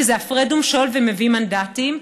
כי זה הפרד ומשול ומביא מנדטים,